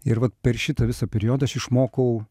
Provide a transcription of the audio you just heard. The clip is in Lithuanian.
ir vat per šitą visą periodą aš išmokau